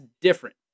different